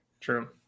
True